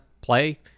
play